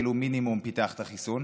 כאילו מינימום הוא פיתח את החיסון.